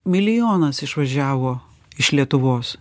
milijonas išvažiavo iš lietuvos